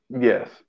Yes